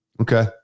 Okay